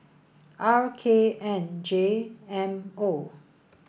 R K N J M O